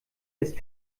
ist